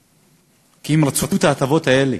כי הם רצו את ההטבות האלה.